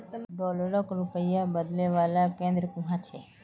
डॉलरक रुपयात बदलने वाला केंद्र कुहाँ छेक